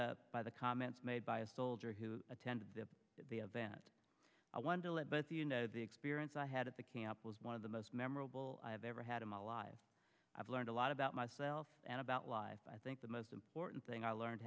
up by the comments made by a soldier who attended the event i want to let both you know the experience i had at the camp was one of the most memorable i have ever had i'm alive i've learned a lot about myself and about life i think the most important thing i learned